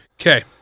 Okay